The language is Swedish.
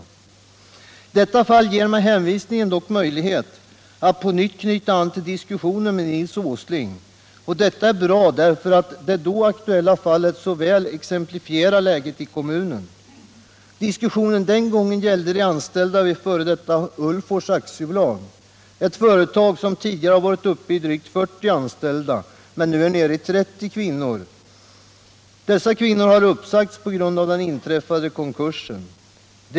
I detta fall ger mig hänvisningen dock möjlighet att på nytt knyta an till diskussionen med Nils Åsling, och det är bra därför att det då aktuella fallet så väl exemplifierar läget i kommunen. Diskussionen den gången gällde de anställda vid f.d. H. Ulvfors AB. Detta företag har tidigare haft drygt 40 anställda. Nu är 30 kvinnor anställda vid företaget, men på grund av den inträffade konkursen har de blivit uppsagda.